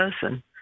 person